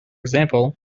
example